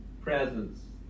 presence